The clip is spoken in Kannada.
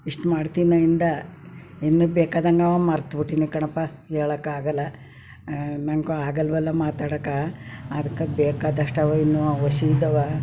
ಇಷ್ಟು ಮಾಡ್ತೀವಿ ನಾವು ಇಂದ ಇನ್ನೂ ಬೇಕಾದಂತೆ ಮರೆತು ಬಿಟ್ಟೀನಿ ಕಣಪ್ಪಾ ಹೇಳೋಕೆ ಆಗಲ್ಲ ನನಗೂ ಆಗಲ್ವಲ್ಲ ಮಾತಾಡೋಕ್ಕೆ ಅದಕ್ಕೆ ಬೇಕಾದಷ್ಟು ಅವಾ ಇನ್ನೂ ಒಸಿ ಇದ್ದಾವಾ